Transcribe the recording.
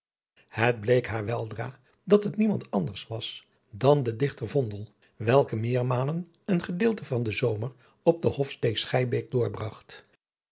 het bleek haar weldra dat het niemand anders was dan de dichter vondel welke meermalen een gedeelte van den zomer op de